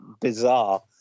bizarre